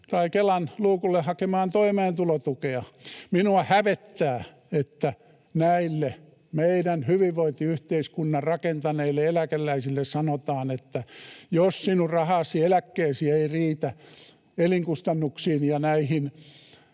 tai Kelan luukulle hakemaan toimeentulotukea. Minua hävettää, että näille meidän hyvinvointiyhteiskunnan rakentaneille eläkeläisille sanotaan, että jos sinun rahasi, eläkkeesi ei riitä elinkustannuksiin ja näihin